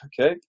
Okay